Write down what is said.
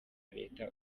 leta